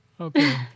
okay